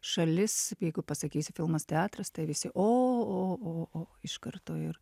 šalis jeigu pasakysiu filmas teatras tai visi o o o o iš karto ir